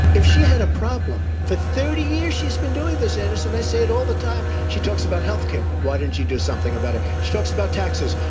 if she had a problem, for thirty years she's been doing this, anderson, i say it all the time, she talks about health care. why didn't you do something about it? she talks about taxes.